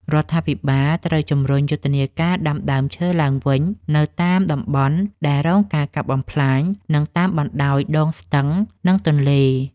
រដ្ឋាភិបាលត្រូវជំរុញយុទ្ធនាការដាំដើមឈើឡើងវិញនៅតាមតំបន់ដែលរងការកាប់បំផ្លាញ និងតាមបណ្តោយដងស្ទឹង និងទន្លេ។